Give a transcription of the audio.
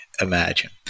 imagine